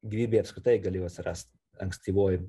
gyvybė apskritai galėjo atsirast ankstyvoj